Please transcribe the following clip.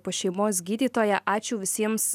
pas šeimos gydytoją ačiū visiems